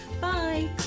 bye